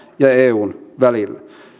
ja eun välillä